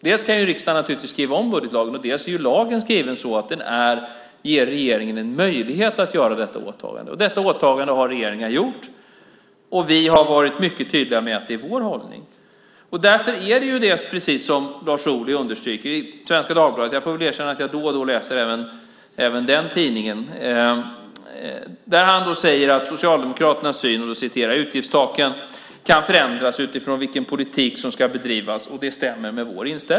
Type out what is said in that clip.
Dels kan riksdagen naturligtvis skriva om budgetlagen, dels är lagen skriven så att den ger regeringen en möjlighet att göra detta åtagande. Detta åtagande har regeringen gjort, och vi har varit mycket tydliga med att det är vår hållning. Därför är det precis som Lars Ohly understryker i Svenska Dagbladet - jag får väl erkänna att jag då och då läser även den tidningen: "Socialdemokraternas syn på att utgiftstaken kan förändras utifrån vilken politik som ska bedrivas, den stämmer med vår."